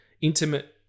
intimate